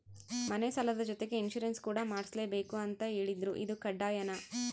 ಮನೆ ಸಾಲದ ಜೊತೆಗೆ ಇನ್ಸುರೆನ್ಸ್ ಕೂಡ ಮಾಡ್ಸಲೇಬೇಕು ಅಂತ ಹೇಳಿದ್ರು ಇದು ಕಡ್ಡಾಯನಾ?